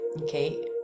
okay